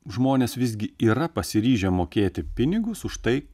žmonės visgi yra pasiryžę mokėti pinigus už tai